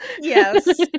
yes